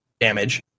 damage